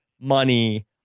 money